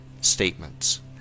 statements